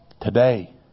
Today